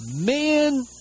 man